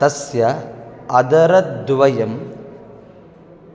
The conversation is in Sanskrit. तस्य अधरद्वयं